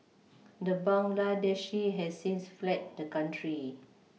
the Bangladeshi has since fled the country